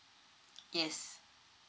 yes